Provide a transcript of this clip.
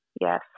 Yes